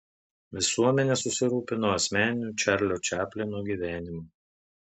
visuomenė susirūpino asmeniniu čarlio čaplino gyvenimu